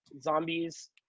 zombies